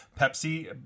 Pepsi